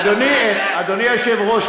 אדוני היושב-ראש,